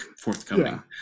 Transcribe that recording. forthcoming